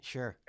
Sure